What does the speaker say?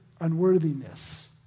unworthiness